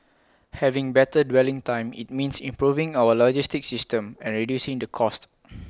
having better dwelling time IT means improving our logistic system and reducing the cost